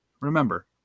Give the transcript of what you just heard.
Remember